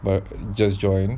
but just join